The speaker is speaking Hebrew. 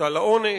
יבוטל העונש,